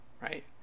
right